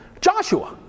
Joshua